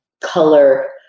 color